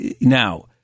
now